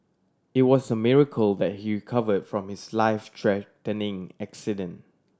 it was a miracle that he recovered from his life threatening accident